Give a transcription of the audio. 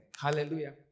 Hallelujah